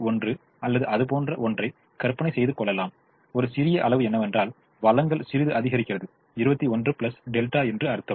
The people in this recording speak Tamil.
1 அல்லது அது போன்ற ஒன்றை கற்பனை செய்துக் கொள்ளலாம் ஒரு சிறிய அளவு என்னவென்றால் வளங்கள் சிறிது அதிகரிக்கிறது 21 δ என்று அர்த்தம்